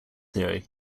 theory